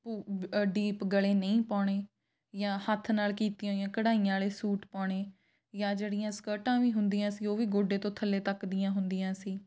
deep ਗਲੇ ਨਹੀਂ ਪਾਉਣੇ ਜਾਂ ਹੱਥ ਨਾਲ ਕੀਤੀਆਂ ਹੋਈਆਂ ਕਢਾਈਆਂ ਵਾਲੇ ਸੂਟ ਪਾਉਣੇ ਜਾਂ ਜਿਹੜੀਆਂ ਸਕਰਟਾਂ ਵੀ ਹੁੰਦੀਆਂ ਸੀ ਉਹ ਵੀ ਗੋਡੇ ਤੋਂ ਥੱਲੇ ਤੱਕ ਦੀਆਂ ਹੁੰਦੀਆਂ ਸੀ